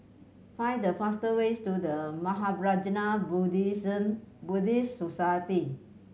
find the fastest ways to The Mahaprajna Buddhist Society